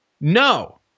no